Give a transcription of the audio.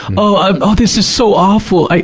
oh, i'm, oh this is so awful!